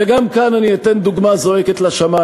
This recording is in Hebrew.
וגם כאן אני אתן דוגמה זועקת לשמים.